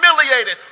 humiliated